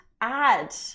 add